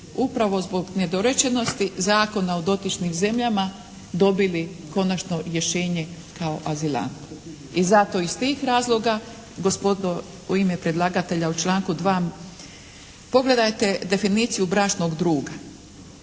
upravo zbog nedorečenosti zakona o dotičnim zemljama, dobili konačno rješenje kao azilant i zato iz tih razloga gospodo u ime predlagatelja u članku 2. pogledajte definiciju bračnog druga.